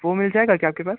वो मिल जाएगा क्या आपके पास